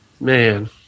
man